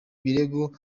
birego